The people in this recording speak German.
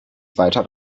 zweiter